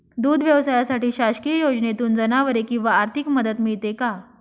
दूध व्यवसायासाठी शासकीय योजनेतून जनावरे किंवा आर्थिक मदत मिळते का?